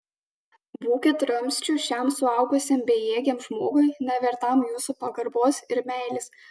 būkit ramsčiu šiam suaugusiam bejėgiam žmogui nevertam jūsų pagarbos ir meilės